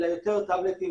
אלא יותר טאבלטים,